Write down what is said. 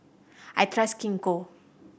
I trust Gingko